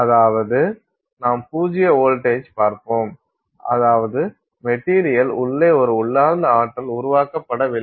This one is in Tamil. அதாவது நாம் பூஜ்ஜிய வோல்டேஜ் பார்ப்போம் அதாவது மெட்டீரியல் உள்ளே ஒரு உள்ளார்ந்த ஆற்றல் உருவாக்கப்படவில்லை